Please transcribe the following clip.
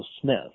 Smith